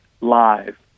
live